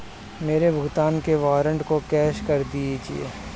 मेरे भुगतान के वारंट को कैश कर दीजिए